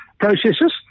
processes